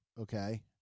okay